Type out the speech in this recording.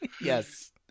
Yes